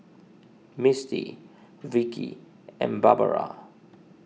Misty Vicki and Barbara